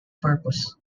purpose